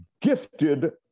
gifted